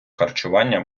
харчування